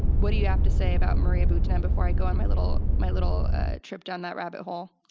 what do you have to say about maria butina before i go on my little my little trip down that rabbit hole?